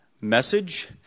message